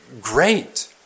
great